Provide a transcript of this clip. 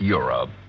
Europe